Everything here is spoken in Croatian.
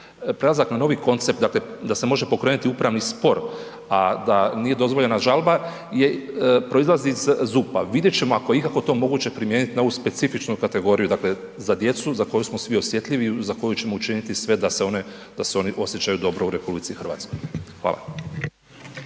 prelazak na novi koncept, dakle da se može pokrenuti upravni spor, a da nije dozvoljena žalba je, proizlazi iz ZUP-a, vidjet ćemo ako je ikako to moguće primijenit na ovu specifičnu kategoriju, dakle za djecu za koju smo svi osjetljivi i za koju ćemo učiniti sve da se one, da se oni osjećaju dobro u RH. Hvala.